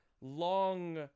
long